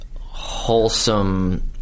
wholesome